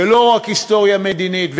ולא רק היסטוריה מדינית,